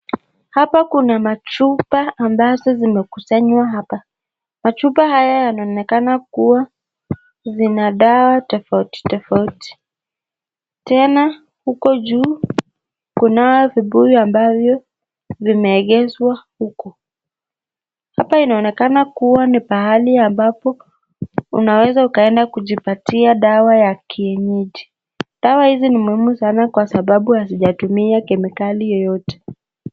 Hapa kuna machupa ambazo zimekusanywa hapa. Machupa haya yanaonekana kuwa zina dawa tofauti tofauti. Tena huko juu kuna vibuyu ambavyo vimeegeshwa huko. Hapa inaonekana kuwa ni pahali ambapo unaweza ukaenda kujipatia dawa ya kienyeji. Dawa hizi ni muhimu sana kwa sababu hazijatumia kemikali yoyote.